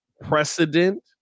precedent